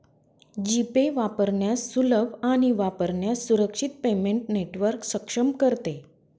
जी pay वापरण्यास सुलभ आणि वापरण्यास सुरक्षित पेमेंट नेटवर्क सक्षम करते